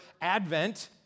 Advent